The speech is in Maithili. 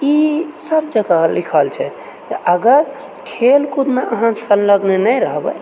ई सभ जगह लिखल छै अगर खेलकूदमे अहाँ संलग्न नहि रहबै